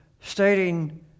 stating